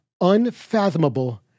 unfathomable